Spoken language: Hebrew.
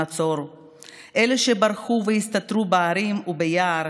מי שברחו והסתתרו בהרים וביערות,